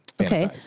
Okay